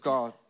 God